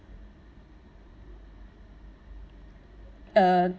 uh